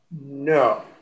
No